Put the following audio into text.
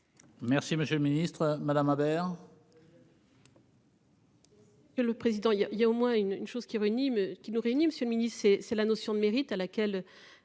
Merci, monsieur le Ministre Madame Aubert.